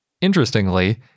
interestingly